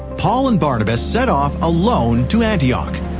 paul and barnabas set off alone to antioch.